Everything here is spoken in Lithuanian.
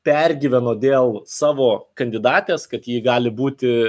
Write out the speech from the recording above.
pergyveno dėl savo kandidatės kad ji gali būti